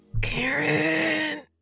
Karen